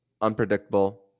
unpredictable